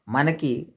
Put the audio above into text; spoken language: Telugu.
మనకి